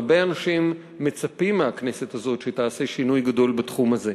הרבה אנשים מצפים מהכנסת הזאת שתעשה שינוי גדול בתחום הזה.